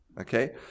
okay